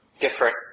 different